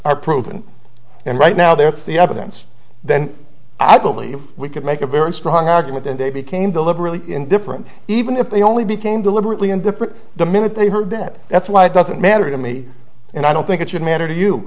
are proven and right now that's the evidence then i believe we could make a very strong argument and they became deliberately indifferent even if they only became deliberately indifferent the minute they heard that that's why it doesn't matter to me and i don't think it should matter to you